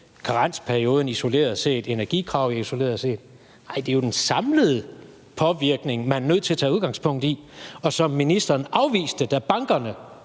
karensperioden isoleret set, energikrav isoleret set. Nej, det er jo den samlede påvirkning, man er nødt til at tage udgangspunkt i, og som ministeren afviste, da bankerne